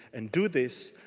and do this,